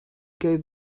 gave